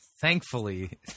thankfully